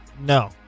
no